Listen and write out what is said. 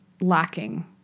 lacking